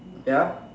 ya